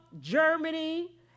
Germany